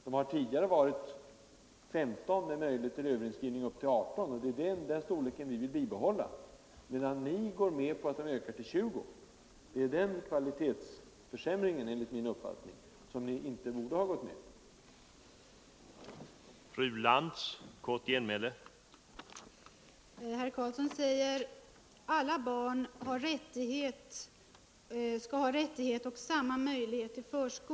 Det har tidigare varit 15 med en möjlighet till överinskrivning upp till 18 barn, och det är den storleken vi vill bibehålla. Att öka storleken till 20 är enligt min uppfattning en kvalitetsförsämring, som ni inte borde ha gått med på.